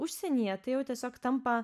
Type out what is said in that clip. užsienyje tai jau tiesiog tampa